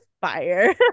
fire